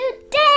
today